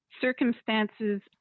circumstances